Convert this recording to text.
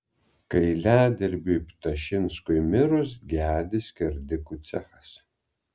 kailiadirbiui ptašinskui mirus gedi skerdikų cechas